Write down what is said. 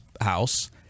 house